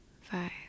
five